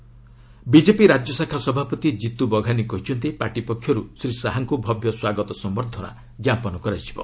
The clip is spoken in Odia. ବିଟ୍ଟେପି ରାଜ୍ୟଶାଖା ସଭାପତି ଜିତ୍ମ ବଘାନୀ କହିଛନ୍ତି ପାର୍ଟି ପକ୍ଷରୁ ଶ୍ରୀ ଶାହାଙ୍କୁ ଭବ୍ୟ ସ୍ୱାଗତ ସମ୍ଭର୍ଦ୍ଧନା ଜ୍ଞାପନ କରାଯିବ